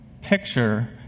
picture